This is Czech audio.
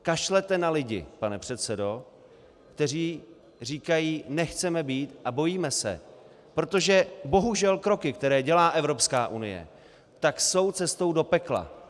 Kašlete na lidi, pane předsedo, kteří říkají: nechceme být a bojíme se, protože bohužel kroky, které dělá Evropská unie, jsou cestou do pekla.